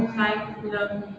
mm